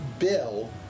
Bill